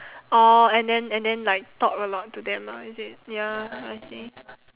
orh and then and then like talk very loud to them ah is it ya I see